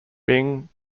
bing